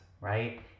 right